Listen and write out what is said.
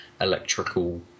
electrical